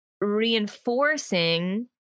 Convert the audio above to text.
reinforcing